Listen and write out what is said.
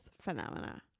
phenomena